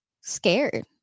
scared